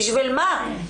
בשביל מה?